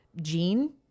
gene